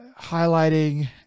highlighting